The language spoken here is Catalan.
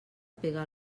pega